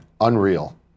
Unreal